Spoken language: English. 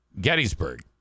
Gettysburg